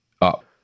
up